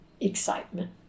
excitement